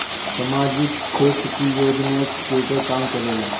सामाजिक क्षेत्र की योजनाएं केगा काम करेले?